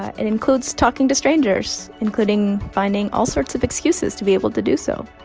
and includes talking to strangers, including finding all sorts of excuses to be able to do so.